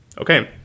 okay